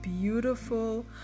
beautiful